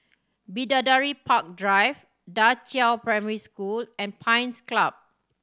Bidadari Park Drive Da Qiao Primary School and Pines Club